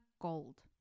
gold